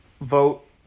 vote